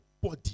body